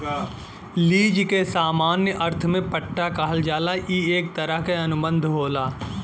lease के सामान्य अर्थ में पट्टा कहल जाला ई एक तरह क अनुबंध होला